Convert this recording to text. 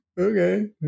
Okay